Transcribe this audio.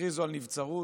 שהכריזו על נבצרות